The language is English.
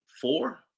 four